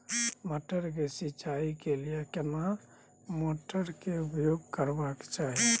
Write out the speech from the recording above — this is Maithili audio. मटर के सिंचाई के लिये केना मोटर उपयोग करबा के चाही?